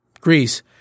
Greece